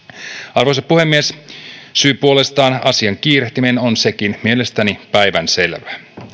arvoisa puhemies syy asian kiirehtimiseen on puolestaan sekin mielestäni päivänselvä